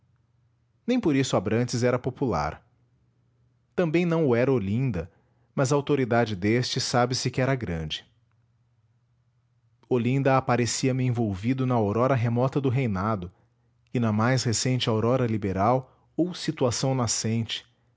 nem por isso abrantes era popular também não o era olinda mas a autoridade deste sabe-se que era grande olinda aparecia me envolvido na aurora remota do reinado e na mais recente aurora liberal ou situação nascente